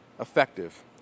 effective